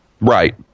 Right